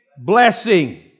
blessing